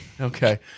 okay